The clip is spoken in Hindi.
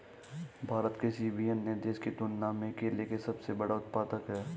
भारत किसी भी अन्य देश की तुलना में केले का सबसे बड़ा उत्पादक है